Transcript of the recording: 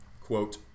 Quote